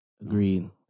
agreed